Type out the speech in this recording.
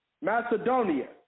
Macedonia